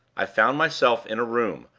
i found myself in a room,